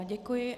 Děkuji.